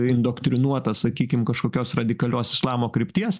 indoktrinuotas sakykim kažkokios radikalios islamo krypties